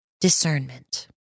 discernment